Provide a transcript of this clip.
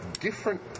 different